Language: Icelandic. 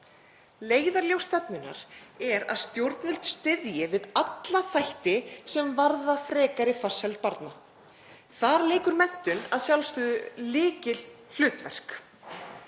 Leiðarljós stefnunnar er að stjórnvöld styðji við alla þætti sem varða frekari farsæld barna. Þar leikur menntun að sjálfsögðu lykilhlutverk.